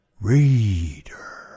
Reader